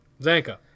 Zanka